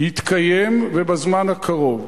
תתקיים, ובזמן הקרוב.